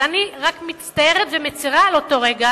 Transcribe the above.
אבל אני רק מצטערת ומצרה על אותו רגע,